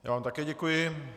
Já vám také děkuji.